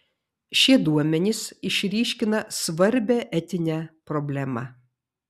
šie duomenys išryškina svarbią etinę problemą